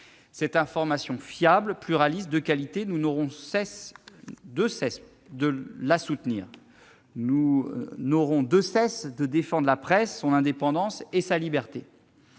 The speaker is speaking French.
Cette information fiable, pluraliste, de qualité, nous n'aurons de cesse de la soutenir. Nous n'aurons de cesse de défendre la presse, son indépendance, sa liberté,